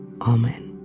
Amen